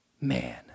Man